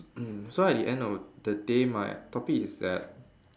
mm so at the end of the day my topic is that